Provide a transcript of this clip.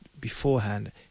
beforehand